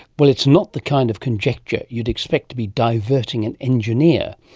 well, it's not the kind of conjecture you'd expect to be diverting an engineer,